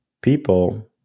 people